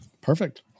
Perfect